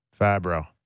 Fabro